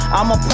I'ma